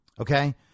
Okay